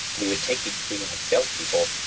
we would take the three-minute salespeople,